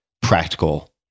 practical